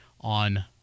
on